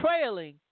trailing